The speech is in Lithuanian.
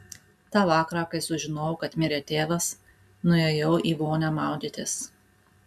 tą vakarą kai sužinojau kad mirė tėvas nuėjau į vonią maudytis